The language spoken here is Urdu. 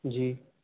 جی